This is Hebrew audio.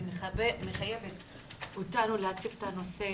ומחייבת אותנו להציף את הנושא